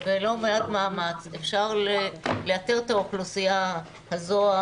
ללא מעט מאמץ אפשר לאתר את האוכלוסייה הזו,